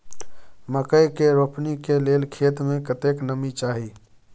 मकई के रोपनी के लेल खेत मे कतेक नमी चाही?